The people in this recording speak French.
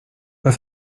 pas